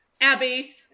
Abby